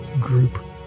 group